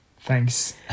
Thanks